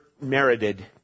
merited